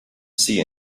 see